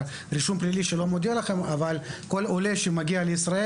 כל עולה שמגיע לישראל,